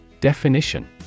Definition